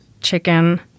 chicken